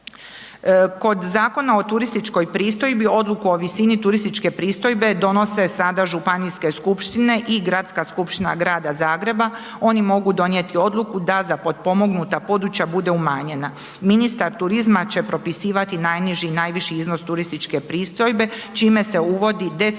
Kod Zakona o turističkoj pristojbi odluku o visini turističke pristojbe donose sada županijske skupštine i Gradska skupština grada Zagreba oni mogu donijeti odluku da za potpomognuta područja bude umanjena. Ministar turizma će propisivati najniži i najviši iznos turističke pristojbe čime se uvodi decentralizacija